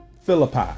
Philippi